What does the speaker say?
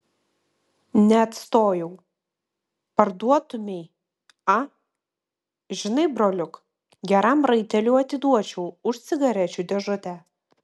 neatstojau parduotumei a žinai broliuk geram raiteliui atiduočiau už cigarečių dėžutę